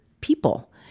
people